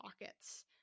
pockets